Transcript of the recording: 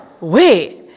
wait